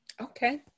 Okay